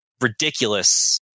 ridiculous